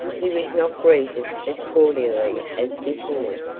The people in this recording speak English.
he was not greeted as cordially as before,